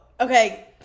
okay